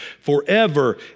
forever